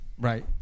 Right